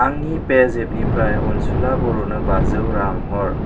आंनि पेजएपनिफ्राय अनसुला बर'नो बाजौ रां हर